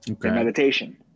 meditation